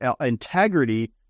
integrity